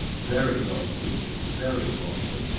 very hard-featured, very awkward,